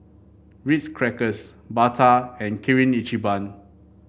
Ritz Crackers Bata and Kirin Ichiban